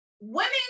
women